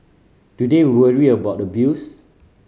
do they worry about abuse